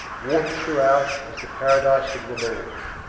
watered throughout as the paradise of the lord.